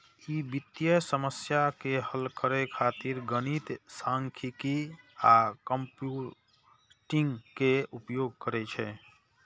ई वित्तीय समस्या के हल करै खातिर गणित, सांख्यिकी आ कंप्यूटिंग के उपयोग करै छै